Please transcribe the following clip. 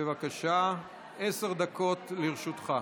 בבקשה, עשר דקות לרשותך.